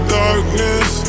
darkness